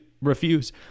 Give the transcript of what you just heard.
refuse